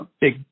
big